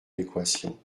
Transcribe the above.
l’équation